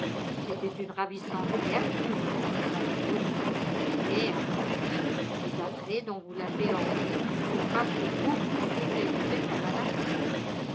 c'était une ravissante créature lorsque vous l'avez connue mais à mon avis les attraits dont vous l'avez ornée surpassent de beaucoup ceux qu'elle devait à la nature